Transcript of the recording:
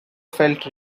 felt